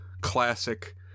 classic